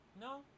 No